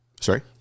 Sorry